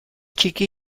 txiki